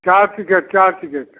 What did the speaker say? चार टिकेट चार टिकेट